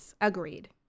Agreed